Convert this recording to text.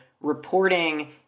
reporting